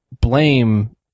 blame